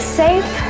safe